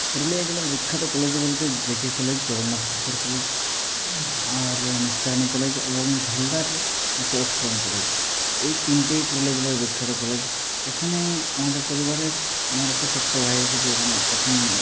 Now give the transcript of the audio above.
পুরুলিয়া জেলার বিখ্যাত কলেজ বলতে JK college Jagannath Kishore college আর নিস্তারিণী কলেজ এবং ঝালদার অচ্ছ্রুরাম মেমোরিয়াল কলেজ এই তিনটেই পুরুলিয়া জেলার বিখ্যাত কলেজ এখানে আমাদের পরিবারের আমার একটা ছোট্ট ভাই আছে যে এখন